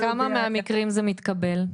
בכמה מהמקרים זה מתקבל?